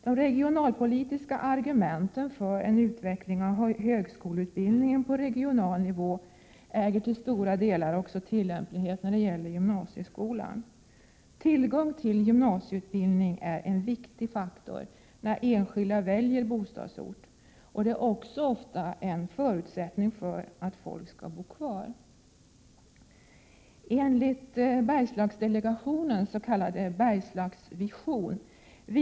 De regionalpolitiska argumenten för en utveckling av högskoleutbildningen på regional nivå äger till stora delar tillämplighet också på gymnasieskolan. Tillgång till gymnasieutbildning är en viktig faktor när enskilda väljer bostadsort men också ofta en förutsättning för att folk skall bo kvar. Enligt Bergslagsdelegationens s.k. Bergslagsvision visar det sig tyvärr att Prot.